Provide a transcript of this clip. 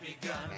begun